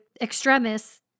extremists